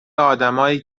آدمایی